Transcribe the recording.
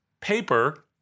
paper